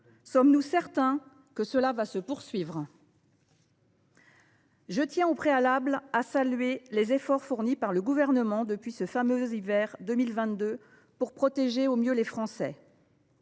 sommes nous certains que cette tendance va se poursuivre ? Je tiens, au préalable, à saluer les efforts fournis par le Gouvernement depuis ce fameux hiver 2022 pour protéger au mieux les Français.